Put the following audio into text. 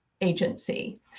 agency